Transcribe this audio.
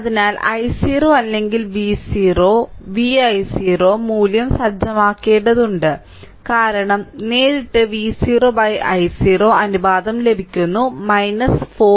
അതിനാൽ i0 അല്ലെങ്കിൽ V0 V i0 മൂല്യം സജ്ജമാക്കേണ്ടതുണ്ട് കാരണം നേരിട്ട് V0 i0 അനുപാതം ലഭിക്കുന്നു 4 Ω